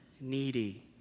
needy